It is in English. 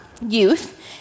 youth